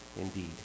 indeed